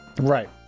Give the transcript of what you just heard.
Right